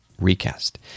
recast